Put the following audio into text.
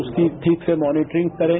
उसकी ठीक से मॉनिटरिंग करें